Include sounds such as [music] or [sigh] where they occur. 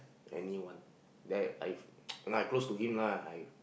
anyone that I [noise] no I close to him lah I